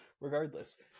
regardless